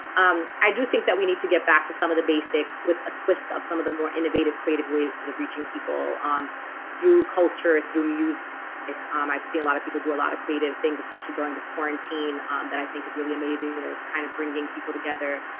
um, i do think that we need to get back to some of the basics with a twist of some of the more innovative creative ways of reaching people um through culture through music like um i've seen a lot of people do a lot of creative things especially during this quarantine um that i think is really amazing that kind of bringing people together,